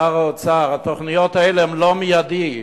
שר האוצר, התוכניות האלה הן לא מיידיות.